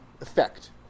effect